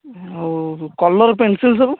ଆଉ colour pencil ସବୁ